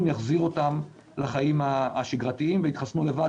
יחזיר אותם לחיים השגרתיים והם יתחסנו לבד,